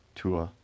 tua